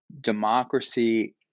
democracy